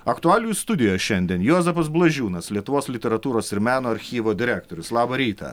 aktualijų studijoje šiandien juozapas blažiūnas lietuvos literatūros ir meno archyvo direktorius labą rytą